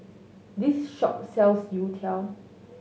this shop sells youtiao